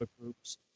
groups